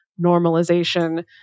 normalization